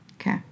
Okay